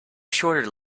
shorter